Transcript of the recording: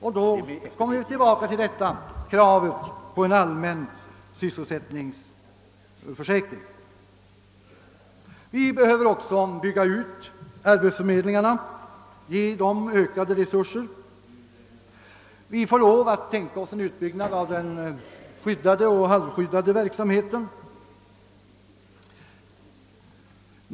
Då kommer vi tillbaka till kravet på en allmän arbetslöshetsförsäkring. Arbetsförmedlingarna behöver också byggas ut. Vi bör ge dem ökade resurser. Vi får vidare lov att tänka oss en utbyggnad av den skyddade och halvskyddade verksamheten.